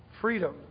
freedom